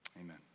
Amen